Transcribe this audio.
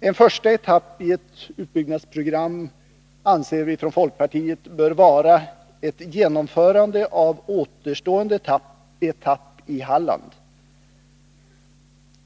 En första etapp i ett utbyggnadsprogram anser folkpartiet bör vara ett genomförande av återstående etapp i Halland.